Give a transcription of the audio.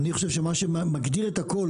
אני חושב שמה שמגדיר את הכל,